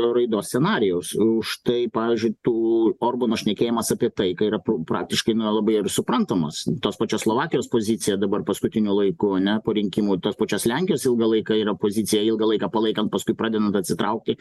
raidos scenarijaus štai pavyzdžiui tų orbano šnekėjimas apie tai kai yra praktiškai nelabai ir suprantamas tos pačios slovakijos pozicija dabar paskutiniu laiku ane po rinkimų tos pačios lenkijos ilgą laiką yra pozicija ilgą laiką palaikant paskui pradedant atsitraukti